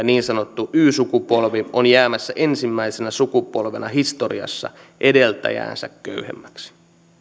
niin sanottu y sukupolvi on jäämässä ensimmäisenä sukupolvena historiassa edeltäjäänsä köyhemmäksi